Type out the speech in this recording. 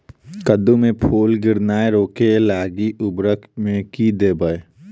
कद्दू मे फूल गिरनाय रोकय लागि उर्वरक मे की देबै?